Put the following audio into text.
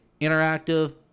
interactive